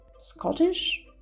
Scottish